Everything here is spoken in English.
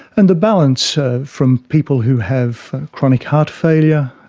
and the balance from people who have chronic heart failure,